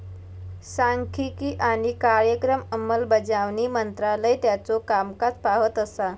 सांख्यिकी आणि कार्यक्रम अंमलबजावणी मंत्रालय त्याचो कामकाज पाहत असा